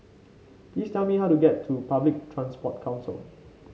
please tell me how to get to Public Transport Council